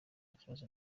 kibazo